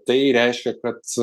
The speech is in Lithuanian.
tai reiškia kad